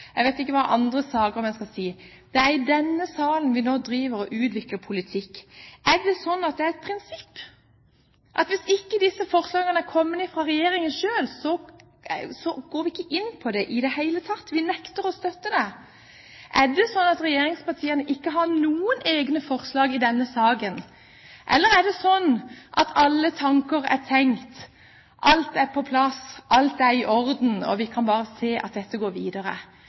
jeg vet ikke i hvilke andre saker, om jeg skal si det slik. Det er i denne salen vi utvikler politikk. Er det slik at det er et prinsipp at hvis disse forslagene ikke er kommet fra regjeringen selv, går vi ikke inn på det i det hele tatt, vi nekter å støtte det? Er det slik at regjeringspartiene ikke har noen egne forslag i denne saken – eller er det slik at alle tanker er tenkt, alt er på plass, alt er i orden, og vi kan bare se at dette går videre?